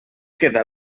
queda